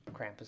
Krampus